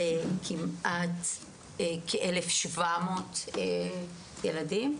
לגבי סוגיית הילדים,